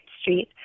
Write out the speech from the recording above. Street